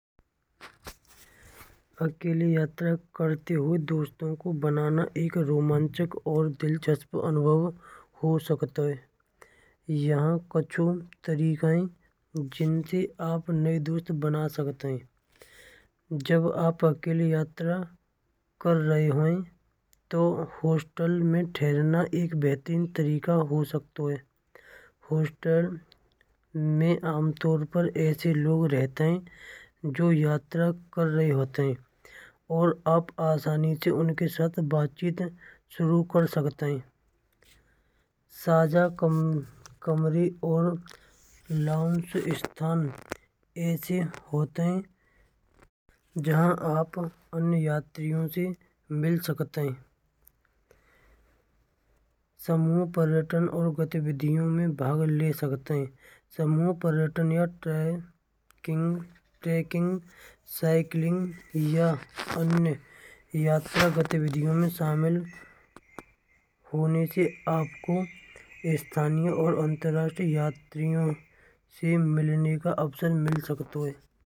अकेले यात्रा करते हुए दोस्तों को बनाना एक रोमांचक और दिलचस्प अनुभव हो सकतो है। यह कछु तरीको है जिनते आप नये दोस्त बना सकते हैं। जब आप अकेले यात्रा कर रहे हो तो होस्टल में ठहरना एक बेहतरीन तरीका हो सकतो है। होस्टल में आमतौर पर ऐसे लोग रहते हैं जो यात्रा कर रहे होते हैं और आप आसानी ते उनके साथ बातचीत शुरू कर सकते हैं। साझा कमरे और लोंज़ स्थान ऐसे होते ह जहां आप अन्य यात्रियों से मिल सकते ह। समूह पर्यटन और गतिविधियों में भाग ले सकते हैं समूह पर्यटन या ट्रैकिंग साइक्लिंग या अन्य यात्रा गतिविधियों में शामिल होने से आपको स्थानीय और अंतरराष्ट्रीय यात्रियों से मिलने का अवसर मिल सकतो है।